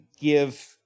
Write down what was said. give